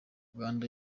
uganda